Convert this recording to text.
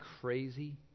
crazy